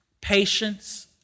patience